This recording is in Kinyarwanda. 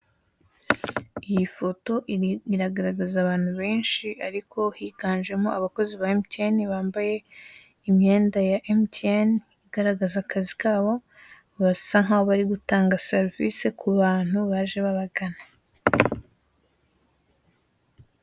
Iyi foto iri iragaragaza abantu benshi ariko higanjemo abakozi ba MTN bambaye imyenda ya MTN igaragaza akazi kabo, basa nk'aho bari gutanga serivise ku bantu baje babagana.